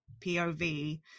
pov